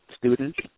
students